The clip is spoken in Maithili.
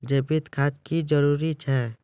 जैविक खाद क्यो जरूरी हैं?